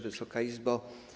Wysoka Izbo!